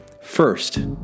First